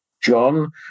John